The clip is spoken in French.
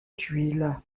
tuiles